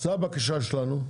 זו הבקשה שלנו.